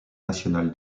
national